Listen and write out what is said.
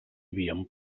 havíem